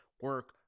Work